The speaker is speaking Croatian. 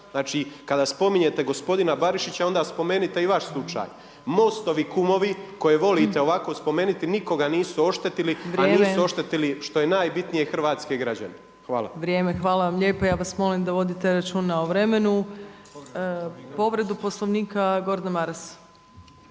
Znači, kada spominjete gospodina Barišića onda spomenite i vaš slučaj. MOST-ovi kumovi koje volite ovako spomenuti nikoga nisu oštetili… … /Upadica Opačić: Vrijeme./ … …a nisu oštetili što je najbitnije hrvatske građane. Hvala. **Opačić, Milanka (SDP)** Vrijeme. Hvala vam lijepo. Ja vas molim da vodite računa o vremenu. Povredu Poslovnika Gordan Maras.